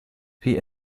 wie